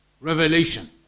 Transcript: revelation